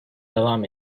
devam